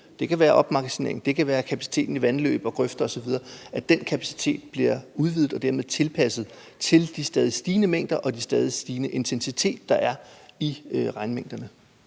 det kan være opmagasinering, det kan være kapaciteten i vandløb, grøfter osv. – bliver udvidet og dermed tilpasset til de stadigt stigende mængder og den stadigt stigende intensitet, der er i regnmængderne.